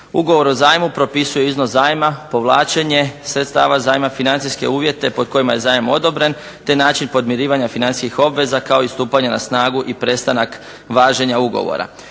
Ugovor o zajmu propisuje iznos zajma, povlačenje sredstava zajma, financijske uvjete pod kojima je zajam odobren, te način podmirivanja financijskih obveza te stupanje na snagu i prestanak važenja ugovora.